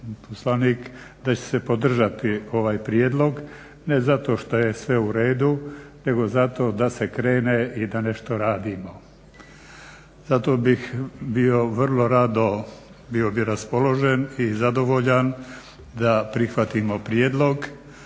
da će se podržati ovaj prijedlog ne zato što je sve u redu nego zato da se krene i da nešto radimo. Zato bih bio vrlo rado bio bih raspoložen i zadovoljan da prihvatimo prijedlog